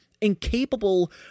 incapable